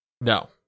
No